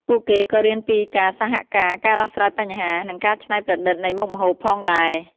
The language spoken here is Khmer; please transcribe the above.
ពួកគេក៏រៀនពីការសហការ ការដោះស្រាយបញ្ហា និងការច្នៃប្រឌិតនៃមុខម្ហូបផងដែរ ។